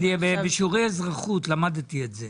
בשיעורי אזרחות למדתי את זה.